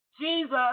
Jesus